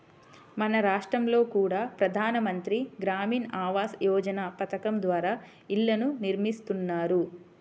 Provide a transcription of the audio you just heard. మన రాష్టంలో కూడా ప్రధాన మంత్రి గ్రామీణ ఆవాస్ యోజన పథకం ద్వారా ఇళ్ళను నిర్మిస్తున్నారు